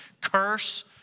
Curse